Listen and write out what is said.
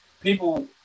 people